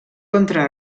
contra